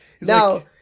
Now